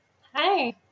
Hi